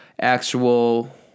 actual